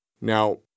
Now